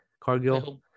Cargill